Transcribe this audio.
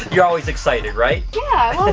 you're always excited, right? yeah,